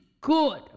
good